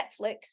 Netflix